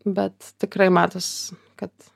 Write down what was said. bet tikrai matos kad